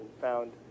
found